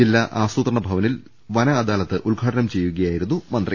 ജില്ലാ ആസൂത്രണ ഭവനിൽ വന അദാലത്ത് ഉദ്ഘാടനം ചെയ്യുകയായിരുന്നു മന്ത്രി